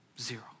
Zero